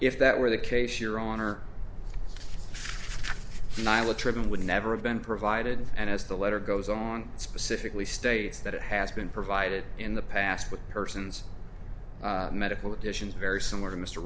if that were the case your honor myla trim would never have been provided and as the letter goes on specifically states that it has been provided in the past with persons medical additions very similar to mr